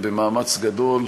ובמאמץ גדול,